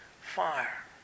fire